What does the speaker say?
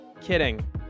kidding